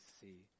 see